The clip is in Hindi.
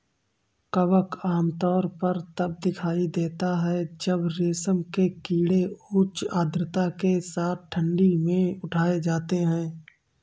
कवक आमतौर पर तब दिखाई देता है जब रेशम के कीड़े उच्च आर्द्रता के साथ ठंडी में उठाए जाते हैं